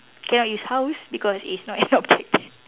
cannot use house because it's not an object